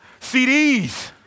CDs